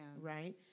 Right